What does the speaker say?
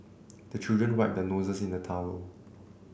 the children wipe their noses on the towel